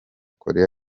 koreya